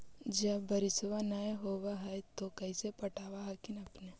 जब बारिसबा नय होब है तो कैसे पटब हखिन अपने?